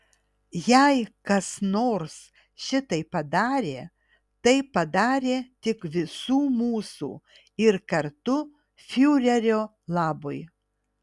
jei kas nors šitai padarė tai padarė tik visų mūsų ir kartu fiurerio labui